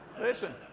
Listen